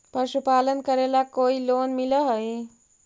पशुपालन करेला कोई लोन मिल हइ?